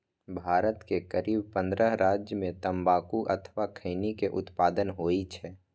भारत के करीब पंद्रह राज्य मे तंबाकू अथवा खैनी के उत्पादन होइ छै